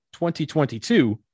2022